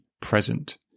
present